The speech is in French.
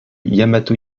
yamato